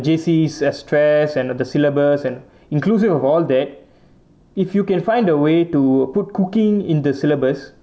J_C stress and the syllabus and inclusive of all that if you can find a way to put cooking in the syllabus